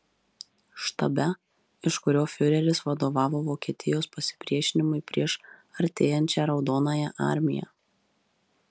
štabe iš kurio fiureris vadovavo vokietijos pasipriešinimui prieš artėjančią raudonąją armiją